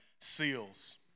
seals